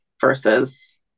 versus